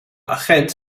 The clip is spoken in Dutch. agent